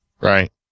Right